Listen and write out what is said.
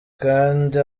kandi